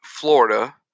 Florida